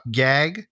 gag